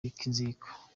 inzika